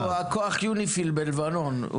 הוא כוח יוניפי"ל בלבנון.